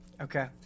Okay